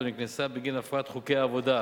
או נקנסה בגין הפרת חוקי עבודה,